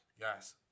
Yes